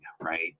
right